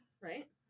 right